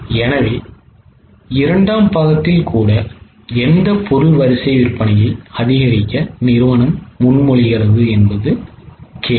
எனவே இரண்டாம் பாகத்தில் கூட எந்த பொருள் வரிசை விற்பனையை அதிகரிக்க நிறுவனம் முன்மொழிகிறது என்பது கேள்வி